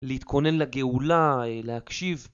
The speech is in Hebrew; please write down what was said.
להתכונן לגאולה, להקשיב.